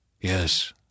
Yes